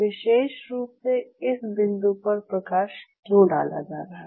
विशेष रूप से इस बिंदु पर प्रकाश क्यों डाला जा रहा है